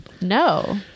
no